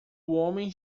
homem